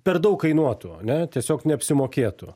per daug kainuotų ane tiesiog neapsimokėtų